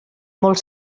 molt